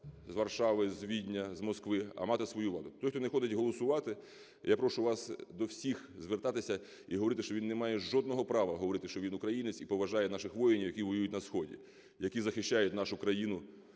з Варшави, з Відня, з Москви, а мати свою владу. Той, хто не ходить голосувати, я прошу вас до всіх звертатися і говорити, що він не має жодного права говорити, що він українець і поважає наших воїнів, які воюють на сході, які захищають нашу країну